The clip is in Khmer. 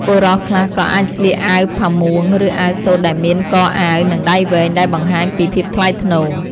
បុរសខ្លះក៏អាចស្លៀកអាវផាមួង ឬអាវសូត្រដែលមានកអាវ និងដៃវែង ដែលបង្ហាញពីភាពថ្លៃថ្នូរ។